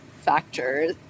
factors